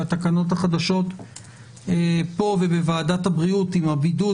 שהתקנות החדשות פה ובוועדת הבריאות עם הבידוד